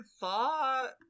thought